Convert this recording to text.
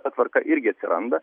ta tvarka irgi atsiranda